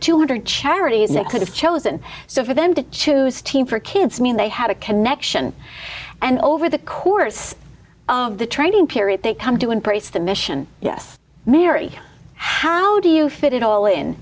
two hundred charities they could have chosen so for them to choose team for kids i mean they had a connection and over the course of the training period they come to embrace the mission yes mary how do you fit it all in